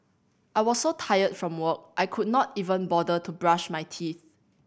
I was so tired from work I could not even bother to brush my teeth